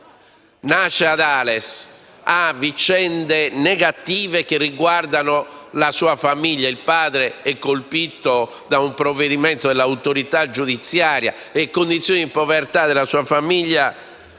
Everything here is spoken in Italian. serie di vicende negative relative alla sua famiglia. Il padre è colpito da un provvedimento dell'autorità giudiziaria. Le condizioni di povertà della sua famiglia